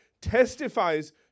testifies